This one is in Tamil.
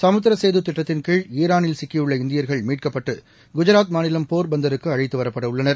சமுத்திரசேதுதிட்டத்தின்கீழ் ஈரானில் சிக்கியுள்ள இந்தியர்கள் மீட்கப்பட்டுகுஜராத் மாநிலம் போர்பந்தருக்குஅழைத்துவரப்படஉள்ளனர்